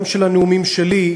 גם של הנאומים שלי,